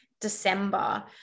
December